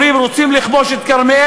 אומרים: רוצים לכבוש את כרמיאל,